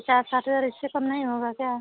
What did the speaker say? पचास साठ हजार इससे कम नहीं होगा क्या